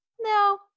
no